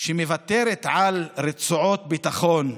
מוותרת על רצועות ביטחון,